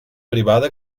privada